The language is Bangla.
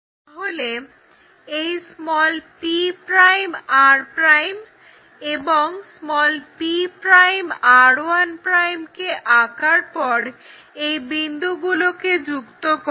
তাহলে এই p'r' এবং p'r1' কে আঁকার পর এই বিন্দুগুলোকে যুক্ত করো